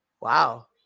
Wow